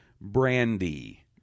brandy